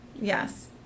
yes